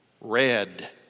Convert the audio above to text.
Red